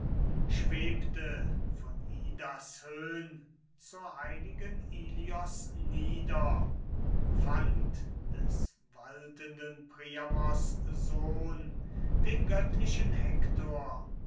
schwebte von idas höhn zur heiligen ilios nieder fand des waltenden priamos sohn den göttlichen hektor